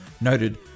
noted